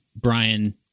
Brian